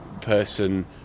person